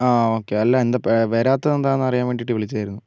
ആ ഓക്കേ അല്ലാ എന്താ വരാത്തതെന്താന്ന് അറിയാൻ വേണ്ടിയിട്ട് വിളിച്ചതായിരുന്നു